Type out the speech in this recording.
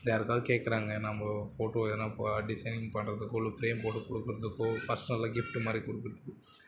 வேறு ஏதாவது கேட்குறாங்க நம்ம ஃபோட்டோ எதனால் டிசைனிங் பண்ணுறத்துகோ இல்லை ஃப்ரேம் போட்டு கொடுக்கறத்துகோ பர்ஸ்னலாக கிப்ஃட் மாதிரி கொடுக்குறதுக்கோ